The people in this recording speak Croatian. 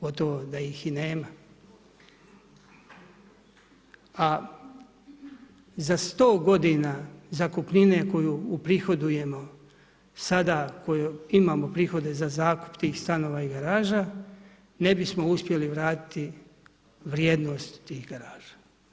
Gotovo da ih i nema a za 100 godina zakupnine koju uprihodujemo, sada koje imamo prihode za zakup tih stanova i garaža, ne bi smo uspjeli vratiti vrijednost tih garaža.